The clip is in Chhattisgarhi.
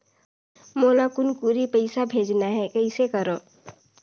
मोला कुनकुरी पइसा भेजना हैं, कइसे करो?